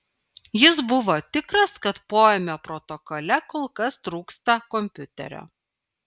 jis buvo tikras kad poėmio protokole kol kas trūksta kompiuterio